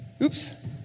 Oops